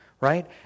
right